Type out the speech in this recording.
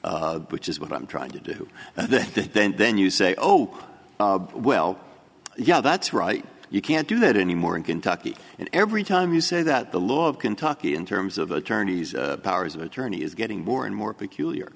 which is what i'm trying to do then then you say oh well yeah that's right you can't do that anymore in kentucky and every time you say that the law of kentucky in terms of attorneys powers of attorney is getting more and more peculiar